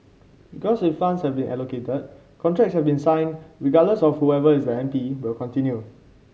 because if funds have been allocated contracts have been signed regardless of whoever is the M P will continue